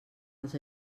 els